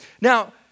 Now